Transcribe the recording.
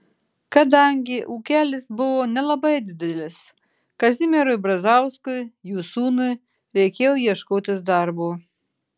kadangi ūkelis buvo nelabai didelis kazimierui brazauskui jų sūnui reikėjo ieškotis darbo